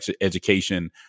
education